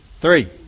three